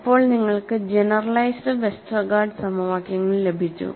അപ്പോൾ നിങ്ങൾക്ക് generalized Westergaard സമവാക്യങ്ങൾ ലഭിച്ചു